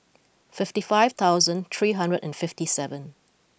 fifty five thousand three hundred and fifty seven